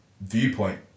viewpoint